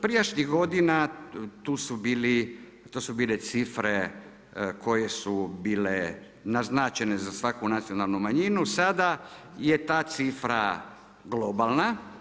Prijašnjih godina to su bil cifre koje su bile naznačene za svaku nacionalnu manjinu, sada je ta cifra globalna.